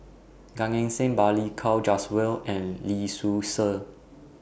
Gan Eng Seng Balli Kaur Jaswal and Lee Seow Ser